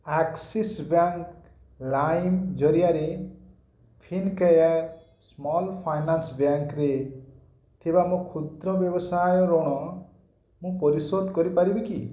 Axis Bank Lime ଜରିଆରେ Fincare Small Finance ବ୍ୟାଙ୍କରେ ଥିବା ମୋ କ୍ଷୁଦ୍ର ବ୍ୟବସାୟ ଋଣ ମୁଁ ପରିଶୋଧ କରିପାରିବି କି